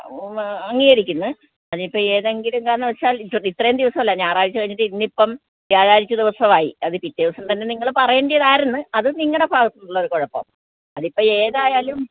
അംഗീകരിക്കുന്നു അതിപ്പം ഏതെങ്കിലും കാരണവശാൽ ഇത്രയും ദിവസമല്ല ഞായറാഴ്ച്ച കഴിഞ്ഞിട്ടിന്നിപ്പം വ്യാഴാഴ്ച്ച ദിവസവായി അത് പിറ്റേ ദിവസന്തന്നെ നിങ്ങൾ പറയേണ്ടതായിരുന്നു അത് നിങ്ങളുടെ ഭാഗത്തുള്ള കുഴപ്പം അതിപ്പം ഏതായാലും